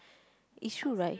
it's true right